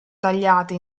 tagliata